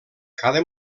cada